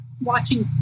watching